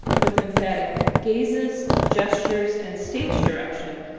with emphatic gazes, gestures, and stage direction,